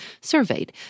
surveyed